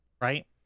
right